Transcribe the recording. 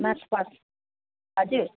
March past हजुर